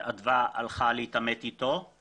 האנרגיות ששתיכן ושאדווה והתחקירניות שלה משקיעות במקום שהיה